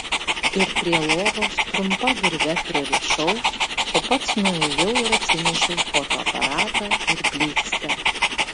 ir prie lovos trumpa virve pririšau o pats nuėjau ir atsinešiau fotoaparatą ir blykstę